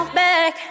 back